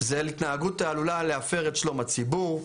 זה על התנהגות העלולה להפר את שלום הציבור,